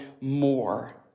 more